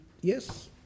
Yes